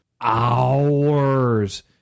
hours